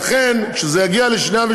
לכל ילד יש זכות טבעית לשני הורים.